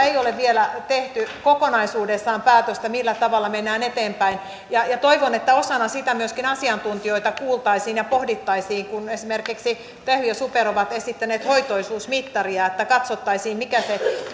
ei ole vielä tehty kokonaisuudessaan päätöstä millä tavalla mennään eteenpäin ja ja toivon että osana sitä myöskin asiantuntijoita kuultaisiin ja pohdittaisiin kun esimerkiksi tehy ja super ovat esittäneet hoitoisuusmittaria että katsottaisiin mikä se